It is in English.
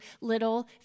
little